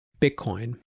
Bitcoin